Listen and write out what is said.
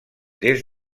des